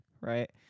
right